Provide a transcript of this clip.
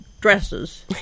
dresses